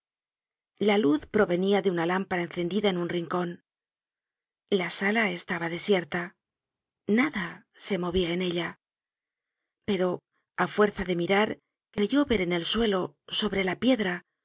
la luz provenia de una lámpara encendida en un rincon la sala estaba desierta nada se movia en ella pero á fuerza de mirar creyó ver en el suelo sobre la piedra